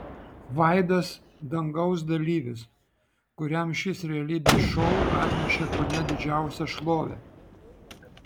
vaidas dangaus dalyvis kuriam šis realybės šou atnešė kone didžiausią šlovę